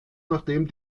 nachdem